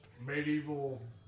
medieval